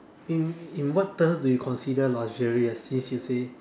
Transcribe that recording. in in what terms do you consider luxurious since you say